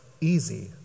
easy